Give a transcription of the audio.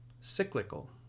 Cyclical